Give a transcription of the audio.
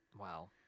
Wow